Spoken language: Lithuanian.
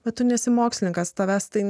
bet tu nesi mokslininkas tavęs tai